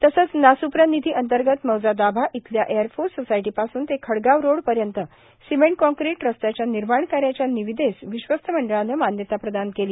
तसेच नासूप्र निधी अंतर्गत मौजा दाभा इथल्या एयरफोर्स सोसायटी पासून ते खडगाव रोड पर्यंत सिमेंट काँक्रीट रस्त्याच्या निर्माण कार्याच्या निविदेस विश्वस्त मंडळाने मान्यता प्रदान केली